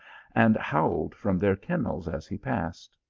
and howled from their kennels as he passed.